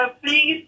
please